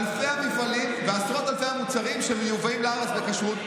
אלפי המפעלים ועשרות אלפי המוצרים שמיובאים לארץ בכשרות?